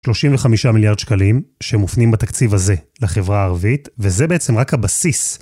35 מיליארד שקלים שמופנים בתקציב הזה לחברה הערבית, וזה בעצם רק הבסיס.